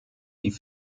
die